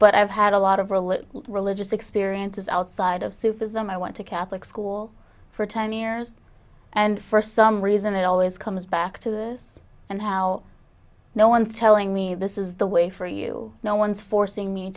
but i've had a lot of religious experiences outside of supers and i went to catholic school for ten years and for some reason it always comes back to this and how no one telling me this is the way for you no one's forcing me